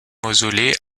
mausolée